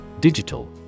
digital